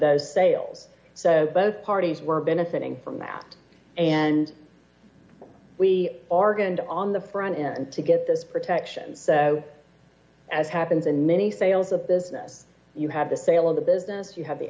those sales so both parties were benefiting from that and we are going to on the front end to get those protections as happens in many sales a business you have the sale of the business you have the